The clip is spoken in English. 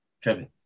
Kevin